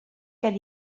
gen